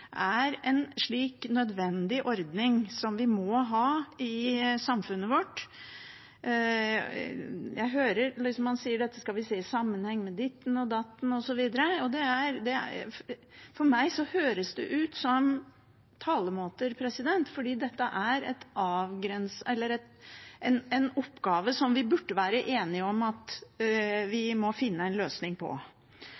er en slik nødvendig ordning som vi må ha i samfunnet vårt. Jeg hører at man sier at dette skal man se i sammenheng med ditten og datten osv. For meg høres det ut som talemåter, for dette er en oppgave som vi burde være enig om at vi